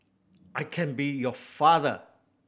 I can be your father